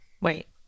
Wait